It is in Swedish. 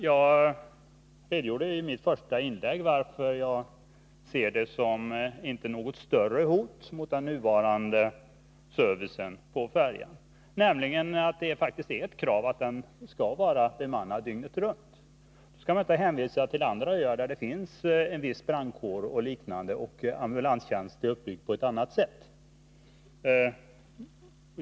Jag redogjorde i mitt första inlägg för anledningen till att jag inte ser något större hot mot den nuvarande servicen på färjan, nämligen att det faktiskt finns ett krav på att den skall vara bemannad dygnet runt. Då skall man inte hänvisa till andra öar, där det finns beredskap med viss brandkår och liknande och där ambulanstjänsten är uppbyggd på ett annat sätt.